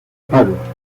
pagos